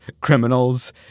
criminals